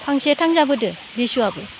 फांसे थांजाबोदो लिसुआबो